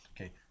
Okay